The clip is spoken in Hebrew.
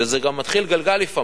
זה גם מתחיל גלגל לפעמים.